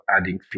adding